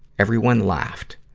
everyone laughed.